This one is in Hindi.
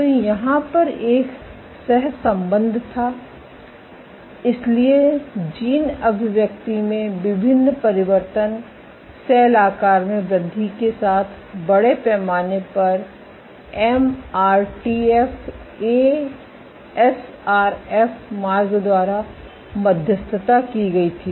तो यहाँ पर एक सहसंबंध था इसलिए जीन अभिव्यक्ति में विभिन्न परिवर्तन सेल आकार में वृद्धि के साथ बड़े पैमाने पर एम आरटीएफ ए एसआरएफ मार्ग द्वारा मध्यस्थता की गई थी